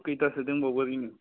खैतासो दंबावो ओरैनो